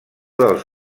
dels